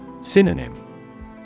Synonym